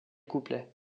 couplet